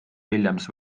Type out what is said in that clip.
williams